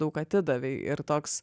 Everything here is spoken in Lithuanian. daug atidavei ir toks